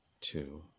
two